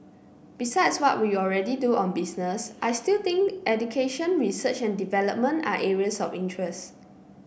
besides what we already do on business I still think education research and development are areas of interest